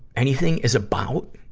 anything is about?